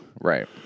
Right